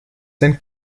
sein